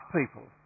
people